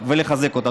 ולחזק אותה.